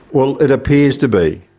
well, it appears to be.